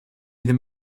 ddim